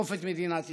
לתקוף את מדינת ישראל.